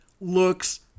looks